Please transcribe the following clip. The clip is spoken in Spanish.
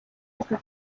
esta